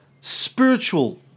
spiritual